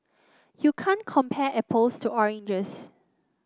you can't compare apples to oranges